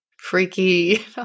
freaky